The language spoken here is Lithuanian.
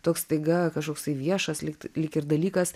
toks staiga kažkoks viešas lyg tai lyg ir dalykas